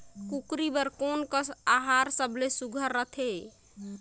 कूकरी बर कोन कस आहार सबले सुघ्घर रथे?